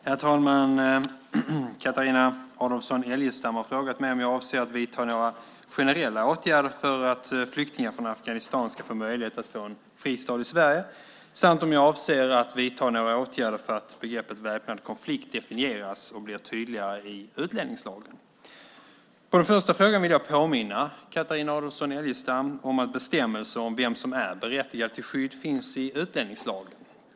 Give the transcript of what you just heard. Herr talman! Carina Adolfsson Elgestam har frågat mig om jag avser att vidta några generella åtgärder för att flyktingar från Afghanistan ska få möjlighet att få en fristad i Sverige samt om jag avser att vidta några åtgärder för att begreppet väpnad konflikt definieras och blir tydligare i utlänningslagen. På den första frågan vill jag påminna Carina Adolfsson Elgestam om att bestämmelser om vem som är berättigad till skydd finns i utlänningslagen.